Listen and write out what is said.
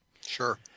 Sure